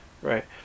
Right